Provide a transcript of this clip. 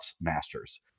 Masters